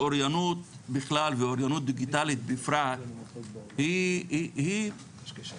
אוריינות בכלל ואוריינות דיגיטלית בפרט היא תעודת